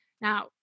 Now